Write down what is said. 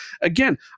Again